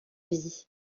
vie